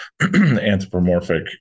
anthropomorphic